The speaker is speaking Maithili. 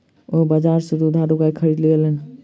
ओ बजार सा दुधारू गाय खरीद लेलैन